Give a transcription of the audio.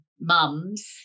mums